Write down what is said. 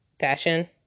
fashion